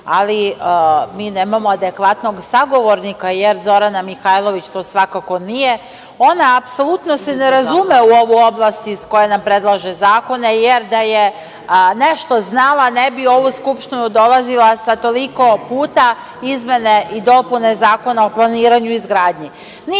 ali mi nemamo adekvatnog sagovornika, jer Zorana Mihajlović to svakako nije. Ona se apsolutno ne razume u ovu oblast iz koje nam predlaže zakone, jer da je nešto znala, ne bi u ovu Skupštinu dolazila sa toliko puta izmenama i dopunama Zakona o planiranju i izgradnji. Niti